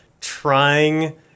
trying